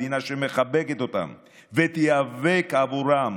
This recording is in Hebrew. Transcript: מדינה שמחבקת אותם ותיאבק בעבורם,